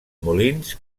molins